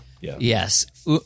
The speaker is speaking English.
Yes